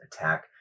attack